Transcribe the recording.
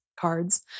cards